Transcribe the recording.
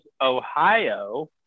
Ohio